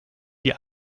die